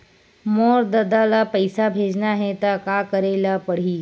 मोर ददा ल पईसा भेजना हे त का करे ल पड़हि?